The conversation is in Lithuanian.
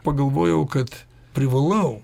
pagalvojau kad privalau